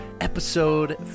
episode